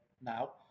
now